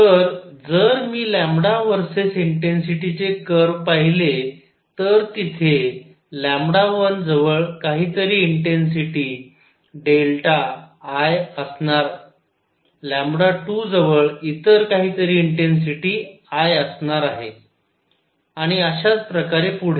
तर जर मी लॅंबडा व्हर्सेस इंटेन्सिटी चे कर्व पहिले तर तिथे 1जवळ काहीतरी इंटेन्सिटी डेल्टा I असणार 2जवळ इतर काहीतरी इंटेन्सिटी I असणार आहे आणि अशाच प्रकारे पुढे